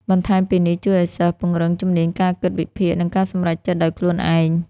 បន្ថែមពីនេះជួយឲ្យសិស្សពង្រឹងជំនាញការគិតវិភាគ និងការសម្រេចចិត្តដោយខ្លួនឯង។